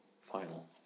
final